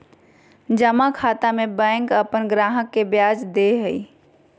जमा खाता में बैंक अपन ग्राहक के ब्याज दे हइ